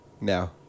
now